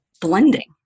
blending